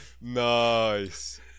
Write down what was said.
nice